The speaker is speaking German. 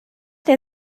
der